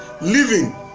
living